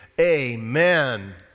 amen